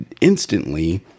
instantly